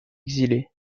exilé